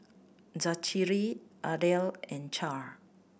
Zachery Ardell and Chaz